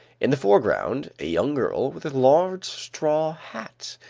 in the foreground, a young girl with a large straw hat,